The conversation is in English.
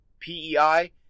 PEI